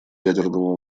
ядерного